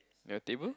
your table